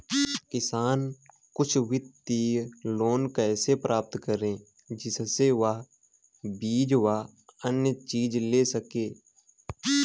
किसान कुछ वित्तीय लोन कैसे प्राप्त करें जिससे वह बीज व अन्य चीज ले सके?